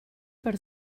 per